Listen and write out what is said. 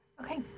Okay